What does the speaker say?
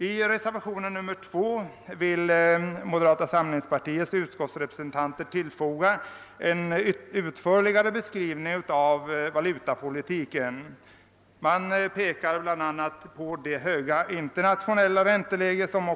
I reservationen 2 vill moderata samlingspartiets utskottsrepresentanter tillfoga en utförligare beskrivning av valutapolitiken. Man pekar, liksom jag nyss gjorde, bl.a. på det höga internationella ränteläget.